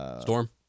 Storm